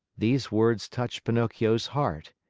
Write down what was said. these words touched pinocchio's heart.